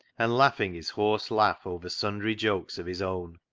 and laughing his hoarse laugh over sundry jokes of his own.